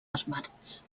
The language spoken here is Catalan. armats